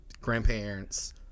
grandparents